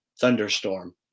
thunderstorm